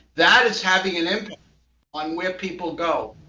that is having an impact on where people go.